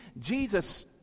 Jesus